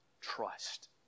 Trust